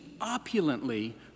opulently